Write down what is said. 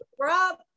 Rob